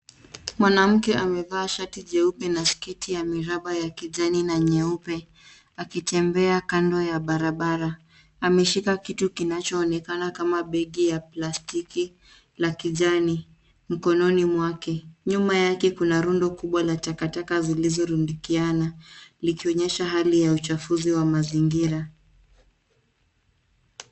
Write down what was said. Mwanamke amevaa shati jeupe na sketi ya miraba ya kijani na nyeupe akitembea kando ya barabra ameshika kitu kinachoonekana kama begi ya plastiki ya kijani mikononi mwake ,nyuma yake kuna rundo kubwa la takataka zilizorudikiana ikionyesha hali ya uchafunzi wa mazingira.